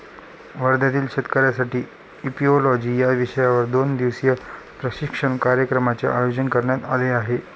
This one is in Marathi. वर्ध्यातील शेतकऱ्यांसाठी इपिओलॉजी या विषयावर दोन दिवसीय प्रशिक्षण कार्यक्रमाचे आयोजन करण्यात आले आहे